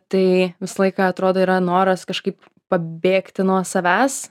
tai visą laiką atrodo yra noras kažkaip pabėgti nuo savęs